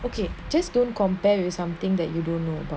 okay just don't compare with something that you don't know about